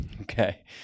Okay